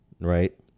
right